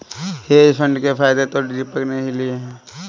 hedge fund के फायदे तो दीपक ने ही लिए है